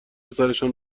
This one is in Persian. سرشون